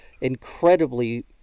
incredibly